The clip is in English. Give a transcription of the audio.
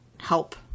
help